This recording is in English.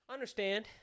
understand